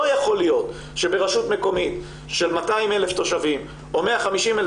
לא יכול להיות שברשות מקומית של 200,000 תושבים או 150,000